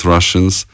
Russians